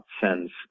sends